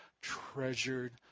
treasured